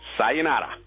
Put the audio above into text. Sayonara